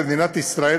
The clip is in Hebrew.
במדינת ישראל,